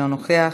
אינו נוכח,